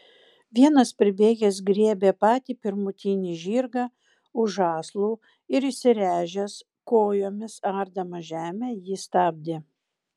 vienas pribėgęs griebė patį pirmutinį žirgą už žąslų ir įsiręžęs kojomis ardamas žemę jį stabdė